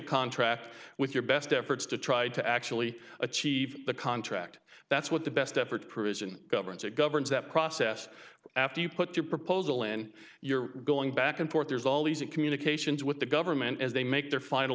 contract with your best efforts to try to actually achieve the contract that's what the best effort provision governs it governs that process after you put your proposal in your going back and forth there's always a communications with the government as they make their final